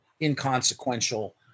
inconsequential